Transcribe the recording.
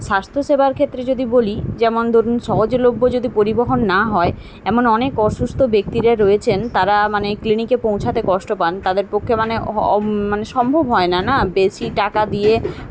স্বাস্থ্য সেবার ক্ষেত্রে যদি বলি যেমন ধরুন সহজলভ্য যদি পরিবহন না হয় এমন অনেক অসুস্থ ব্যক্তিরা রয়েছেন তারা মানে ক্লিনিকে পৌঁছাতে কষ্ট পান তাদের পক্ষে মানে হ মানে সম্ভব হয় না বেশি টাকা দিয়ে